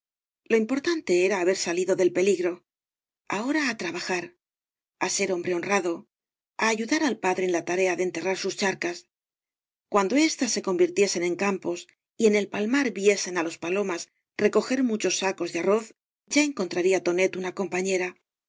lo importante era haber salido del peligro ahora á trabajar á ser hombre honrado á ayudar al pa dre en la tarea de enterrar sus charcas cuando éstas se convirtiesen en campos y en el palmar viesen á los palomas recoger muchos sacos de arroz ya encontraría tonet una